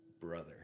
brother